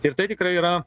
ir tai tikrai yra